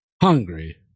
Hungry